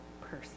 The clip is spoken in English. person